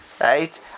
right